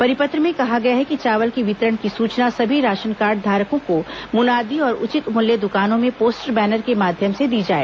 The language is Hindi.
परिपत्र में कहा गया है कि चावल के वितरण की सूचना सभी राशनकार्ड धारकों को मुनादी और उचित मूल्य दुकानों में पोस्टर बैनर के माध्यम से दी जाए